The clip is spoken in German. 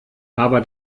aber